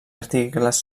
articles